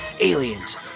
Aliens